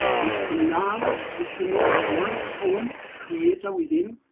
is to now. is to know one's own creator within,